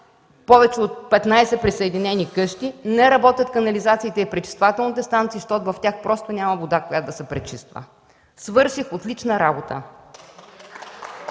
повече от 15 присъединени къщи, не работят канализациите и пречиствателните станции, защото в тях просто няма вода, която да се пречиства. Свърших отлична работа.